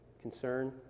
concern